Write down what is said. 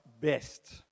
best